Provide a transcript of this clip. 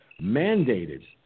mandated